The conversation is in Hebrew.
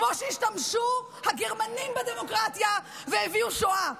כמו שהשתמשו הגרמנים בדמוקרטיה והביאו שואה.